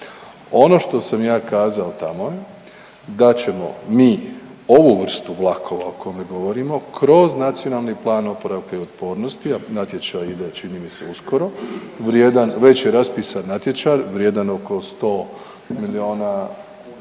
Ono što sam ja kazao tamo da ćemo mi ovu vrstu vlakova o kome govorimo kroz NPOO, a natječaj ide čini mi se uskoro, vrijedan, već je raspisan natječaj, vrijedan oko 100 milijuna,